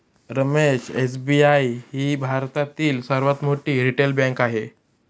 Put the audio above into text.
Ramesh SBI ही भारतातील सर्वात मोठी रिटेल बँक आहे